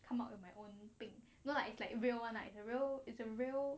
come up with my own 病 no lah it's like real [one] lah it's a real it's a real